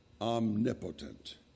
omnipotent